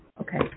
okay